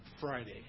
Friday